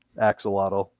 axolotl